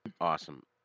Awesome